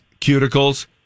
cuticles